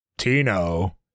Tino